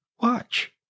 Watch